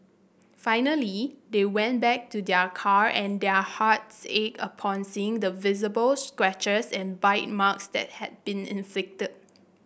finally they went back to their car and their hearts ached upon seeing the visible scratches and bite marks that had been inflicted